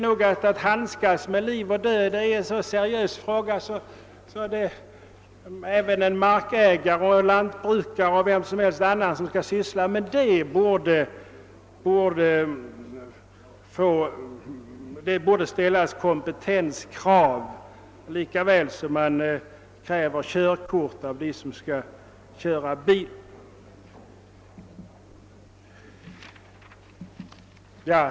Att handskas med liv och död är någonting så seriöst, att det borde ställas kompetenskrav på markägare, lantbrukare och vem som helst annan som skall syssla med detta — med samma självklarhet som man kräver körkort av dem som skall köra bil.